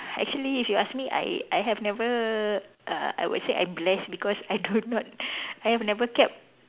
actually if you ask me I I have never uh I would say I'm blessed because I do not I have never kept